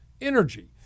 energy